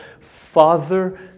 Father